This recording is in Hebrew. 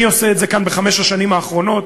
אני עושה את זה כאן בחמש השנים האחרונות.